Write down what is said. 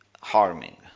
harming